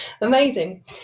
Amazing